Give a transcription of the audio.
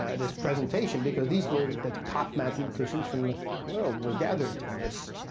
this presentation, because these were the top mathematicians from the world were gathered in this,